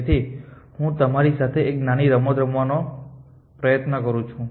તેથી હું તમારી સાથે એક નાની રમત રમવાનો પ્રયાસ કરું છું